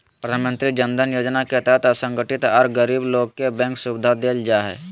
प्रधानमंत्री जन धन योजना के तहत असंगठित आर गरीब लोग के बैंक सुविधा देल जा हई